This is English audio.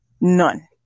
None